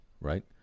right